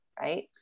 right